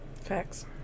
facts